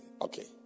Okay